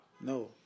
No